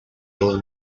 old